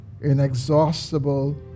inexhaustible